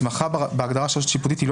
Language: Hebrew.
ההסמכה בהגדרה של רשות שיפוטית היא לא